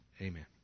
Amen